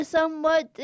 Somewhat